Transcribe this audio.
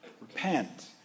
Repent